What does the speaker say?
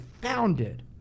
founded